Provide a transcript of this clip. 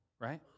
right